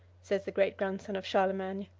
says the great-grandson of charlemagne.